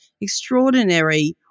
extraordinary